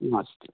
नमस्ते